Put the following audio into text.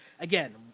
again